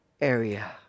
area